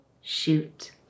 shoot